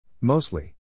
Mostly